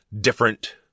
different